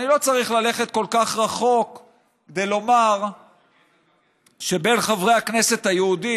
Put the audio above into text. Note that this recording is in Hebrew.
אני לא צריך ללכת כל כך רחוק כדי לומר שבין חברי הכנסת היהודים,